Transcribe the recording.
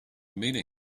meaning